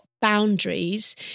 boundaries